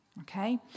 Okay